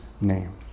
name